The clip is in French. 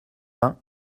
vingt